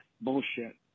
Bullshit